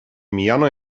mijano